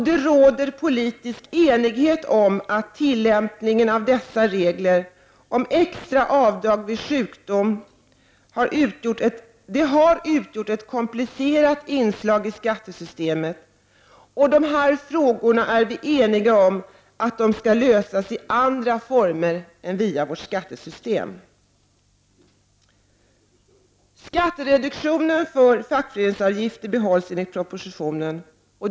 Det råder politisk enighet om att tillämpningen av reglerna om extra avdrag vid sjukdom har utgjort ett komplicerat inslag i skattesystemet. Vi är eniga om att dessa frågor skall lösas i andra former än via skattesystemet. Skattereduktionen för fackföreningsavgifter behålls enligt propositionen.